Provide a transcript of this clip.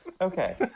okay